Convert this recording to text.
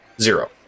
zero